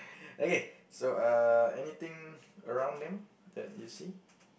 okay so uh anything around them that you see